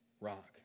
rock